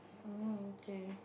um K